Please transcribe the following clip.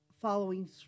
following